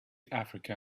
africa